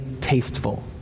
tasteful